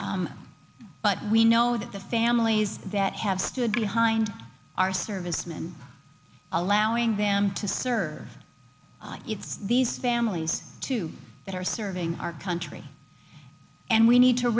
but we know that the families that have stood behind our servicemen allowing them to serve it's these families too that are serving our country and we need to